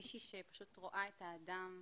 מישהי שרואה את בני האדם,